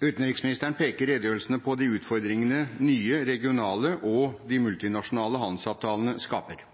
Utenriksministeren peker i redegjørelsen på de utfordringene nye, regionale og multinasjonale handelsavtaler skaper,